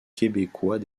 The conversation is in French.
québécois